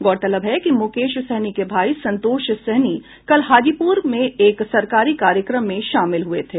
गौरतलब है कि मुकेश सहनी के भाई संतोष सहनी कल हाजीपुर में एक सरकारी कार्यक्रम में शामिल हुए थे